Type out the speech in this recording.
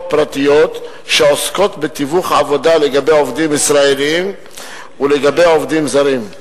פרטיות שעוסקות בתיווך עבודה לגבי עובדים ישראלים ולגבי עובדים זרים.